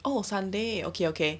oh sunday okay okay